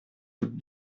toutes